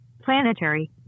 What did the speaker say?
planetary